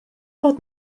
bod